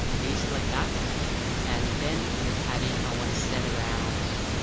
um deselect that and then for the padding, i want to set around